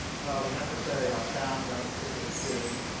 rather necessary i found out of bitter experience.